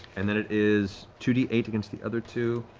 and then it is two d eight against the other two